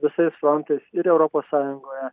visais frontais ir europos sąjungoje